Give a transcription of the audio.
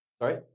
Sorry